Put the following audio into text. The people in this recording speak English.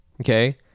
Okay